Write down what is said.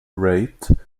rate